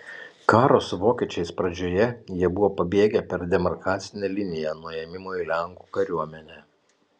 karo su vokiečiais pradžioje jie buvo pabėgę per demarkacinę liniją nuo ėmimo į lenkų kariuomenę